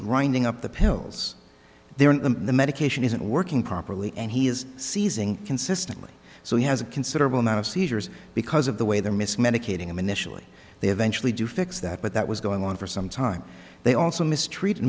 grinding up the pills they are the medication isn't working properly and he is seizing consistently so he has a considerable amount of seizures because of the way their mis medicating him initially they eventually do fix that but that was going on for some time they also mistreated